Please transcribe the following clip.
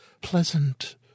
pleasant